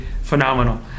phenomenal